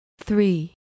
three